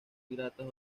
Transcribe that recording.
piratas